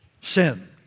sin